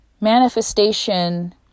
Manifestation